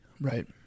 Right